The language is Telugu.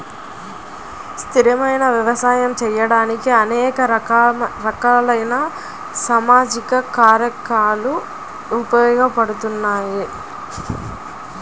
స్థిరమైన వ్యవసాయం చేయడానికి అనేక రకాలైన సామాజిక కారకాలు ఉపయోగపడతాయి